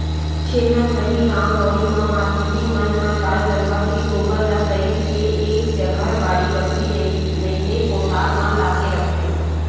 छेना खरही गाँव गंवई म मारकेटिंग मन ह गाय गरुवा के गोबर ल सइत के एक जगा बाड़ी बखरी नइते कोठार म लाके रखथे